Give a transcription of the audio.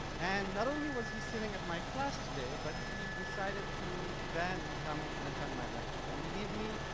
and not only was he sitting at my class today but he decided to then come and attend my lecture and believe me,